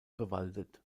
bewaldet